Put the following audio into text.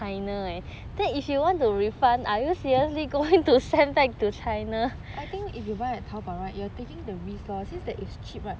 I think if you buy at tao bao right you are taking the risk law since that is cheap right